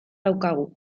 daukagu